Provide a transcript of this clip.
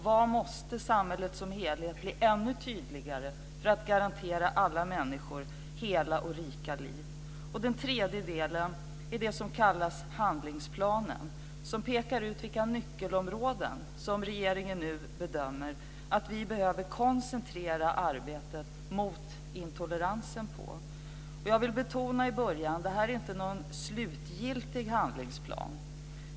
Vad måste samhället som helhet bli ännu tydligare med för att garantera alla människor hela och rika liv? Den tredje delen är det som kallas handlingsplanen. Den pekar ut vilka nyckelområden som regeringen nu bedömer att vi behöver koncentrera arbetet mot intoleransen på. Jag vill betona i början att det här inte är någon slutgiltig handlingsplan.